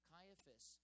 Caiaphas